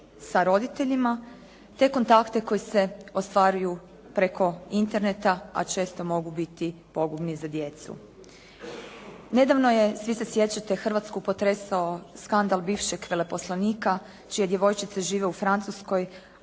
sa roditeljima te kontakte koji se ostvaruju preko interneta, a često mogu biti pogubni za djecu. Nedavno je, svi se sjećate, Hrvatsku potresao skandal bivšeg veleposlanika čije djevojčice žive u Francuskoj,